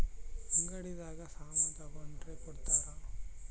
ಅಂಗಡಿ ದಾಗ ಸಾಮನ್ ತಗೊಂಡ್ರ ಕೊಡ್ತಾರ